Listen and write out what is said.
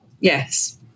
Yes